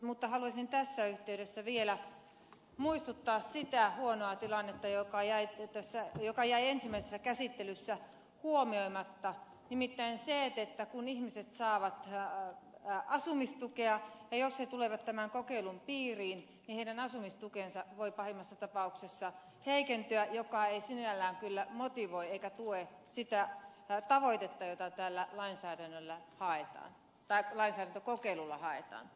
mutta haluaisin tässä yhteydessä vielä muistuttaa siitä huonosta tilanteesta joka jäi ensimmäisessä käsittelyssä huomioimatta nimittäin siitä että kun ihmiset saavat asumistukea niin jos he tulevat tämän kokeilun piiriin heidän asumistukensa voi pahimmassa tapauksessa heikentyä mikä ei sinällään kyllä motivoi eikä tue sitä tavoitetta jota moiti teitä täällä lainsäädännöllä haittaa tai tällä lainsäädäntökokeilulla haetaan